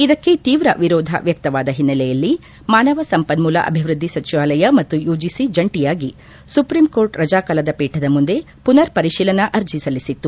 ಇದಕ್ಕೆ ತೀವ್ರ ವಿರೋಧ ವ್ಯಕ್ತವಾದ ಹಿನ್ನೆಲೆಯಲ್ಲಿ ಮಾನವ ಸಂಪನ್ನೂಲ ಅಭಿವೃದ್ದಿ ಸಚಿವಾಲಯ ಮತ್ತು ಯುಜಿಸಿ ಜಂಟಿಯಾಗಿ ಸುಪ್ರೀಂ ಕೋರ್ಟ್ ರಜಾಕಾಲದ ಪೀಠದ ಮುಂದೆ ಪುನರ್ ಪರಿಶೀಲನಾ ಅರ್ಜಿ ಸಲ್ಲಿಸಿತ್ತು